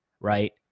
right